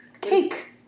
cake